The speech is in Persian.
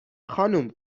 خانوم